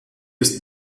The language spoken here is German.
ist